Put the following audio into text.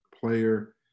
player